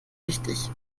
wichtig